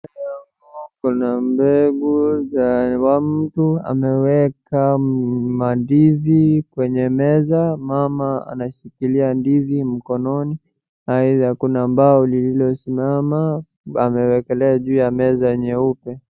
Mbele yangu kuna mbegu zenye mtu ameweka mandizi kwenye meza ,mama anashikilia ndizi mkononi, aidha kuna mbao lililosimama amewekelea juu ya meza nyeupe,